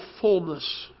fullness